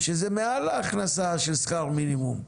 שזה מעל ההכנסה של שכר מינימום,